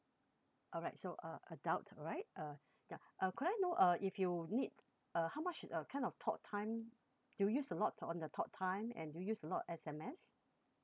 alright so uh adult right uh ya uh could I know uh if you need uh how much uh kind of talktime do you use a lot on the talktime and do you use a lot S_M_S